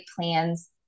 plans